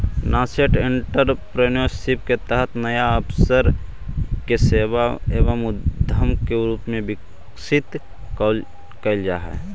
nascent entrepreneurship के तहत नया अवसर के सेवा एवं उद्यम के रूप में विकसित कैल जा हई